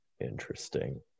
interesting